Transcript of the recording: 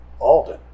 Alden